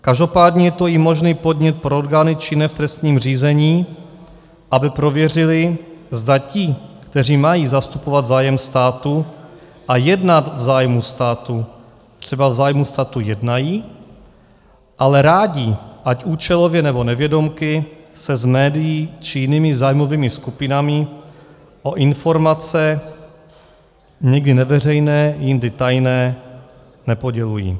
Každopádně je to i možný podnět pro orgány činné v trestním řízení, aby prověřily, zda ti, kteří mají zastupovat zájem státu a jednat v zájmu státu, třeba v zájmu státu jednají, ale rádi, ať účelově, nebo nevědomky, se s médii či jinými zájmovými skupinami o informace někdy neveřejné, jindy tajné nepodělují.